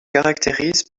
caractérise